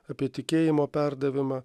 apie tikėjimo perdavimą